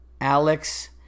Alex